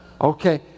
Okay